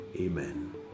Amen